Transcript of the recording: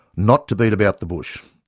not to beat about the bush,